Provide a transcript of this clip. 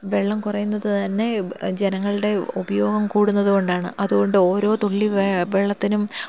വെള്ളം കുറയുന്നത് തന്നെ ജനങ്ങളുടെ ഉപയോഗം കൂടുന്നത് കൊണ്ടാണ് അതുകൊണ്ട് ഓരോ തുള്ളി വെള്ളത്തിനും